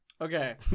Okay